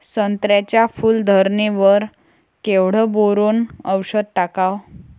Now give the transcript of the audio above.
संत्र्याच्या फूल धरणे वर केवढं बोरोंन औषध टाकावं?